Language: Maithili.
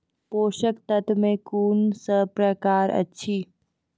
पोसक तत्व मे कून सब प्रकार अछि?